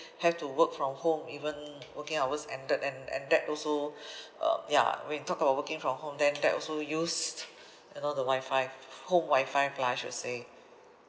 have to work from home even working hours ended and and that also uh ya when you talk about working from home then that also used you know the wi-fi home wi-fi I should say